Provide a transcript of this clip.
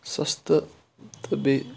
سَستہٕ تہٕ بیٚیہِ